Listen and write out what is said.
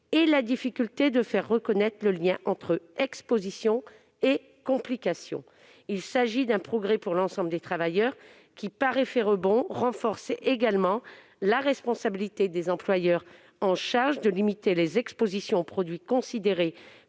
et la difficulté de faire reconnaître le lien entre exposition et complications. Il s'agit d'un progrès pour l'ensemble des travailleurs, qui, par effet rebond, renforce également la responsabilité des employeurs, lesquels sont chargés de limiter les expositions aux produits considérés